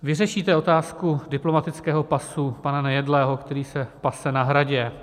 Vyřešíte otázku diplomatického pasu pana Nejedlého, který se pase na Hradě?